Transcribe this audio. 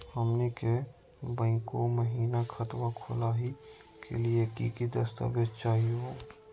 हमनी के बैंको महिना खतवा खोलही के लिए कि कि दस्तावेज चाहीयो?